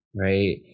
Right